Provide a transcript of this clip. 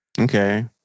Okay